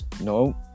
no